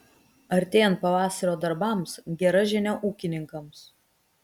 artėjant pavasario darbams gera žinia ūkininkams